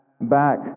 back